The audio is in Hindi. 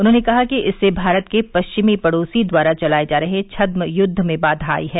उन्होंने कहा कि इससे भारत के पश्चिमी पड़ोसी द्वारा चलाए जा रहे छद्म युद्व में बाधा आई है